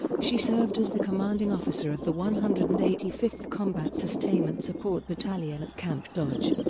she served as the commanding officer of the one hundred and eighty fifth combat sustainment support battalion at camp dodge,